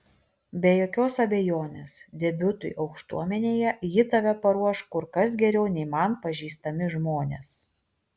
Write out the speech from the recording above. be jokios abejonės debiutui aukštuomenėje ji tave paruoš kur kas geriau nei man pažįstami žmonės